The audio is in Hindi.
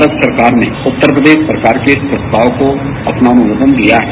भारत सरकार ने उत्तर प्रदेश सरकार के इस प्रस्ताव को अपना अनुमोदन दिया है